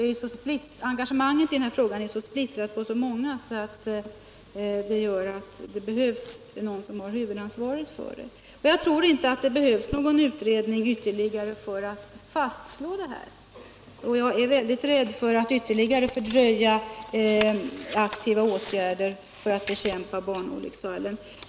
Engagemanget är splittrat på så många instanser och det behövs någon som har huvudansvaret för det. Jag tror inte att det behövs ytterligare utredning för att slå fast detta, och jag är rädd för att ytterligare fördröja aktiva åtgärder mot barnolycksfallen.